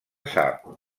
sap